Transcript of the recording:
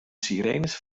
sirenes